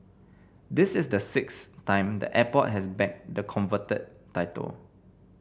this is the sixth time the airport has bagged the coveted title